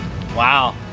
Wow